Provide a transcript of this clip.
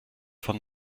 von